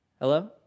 Hello